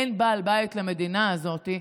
אין בעל בית למדינה הזאת,